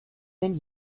denn